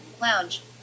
Lounge